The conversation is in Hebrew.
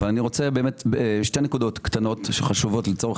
אני רוצה שתי נקודות קטנות שחשובות לצורך